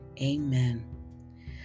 amen